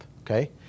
okay